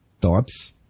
Thoughts